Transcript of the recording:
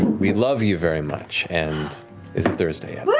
we love you very much and is it thursday but